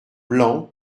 blanc